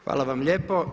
Hvala vam lijepo.